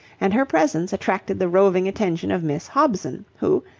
and her presence attracted the roving attention of miss hobson, who,